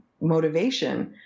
motivation